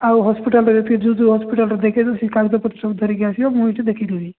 ଆଉ ହସ୍ପିଟାଲ୍ରେ ଫିର୍ ବି ଯେଉଁ ହସ୍ପିଟାଲ୍ରେ ଦେଖାଇଥିଲ ସେ କାଗଜ ପତ୍ର ସବୁ ଧରିକି ଆସିବ ମୁଁ ଏଠେଇ ଦେଖାଇ ଦେଉଛି